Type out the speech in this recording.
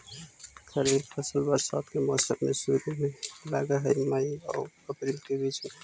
खरीफ फसल बरसात के मौसम के शुरु में लग हे, मई आऊ अपरील के बीच में